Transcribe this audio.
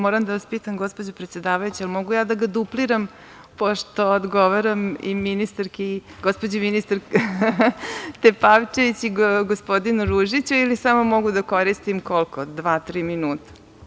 Moram da vas pitam, gospođo predsedavajuća, da li mogu ja da ga dupliram, pošto odgovaram i gospođi ministarki Tepavčević i gospodinu Ružiću, ili samo mogu da koristim, koliko, dva, tri minuta?